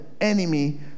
enemy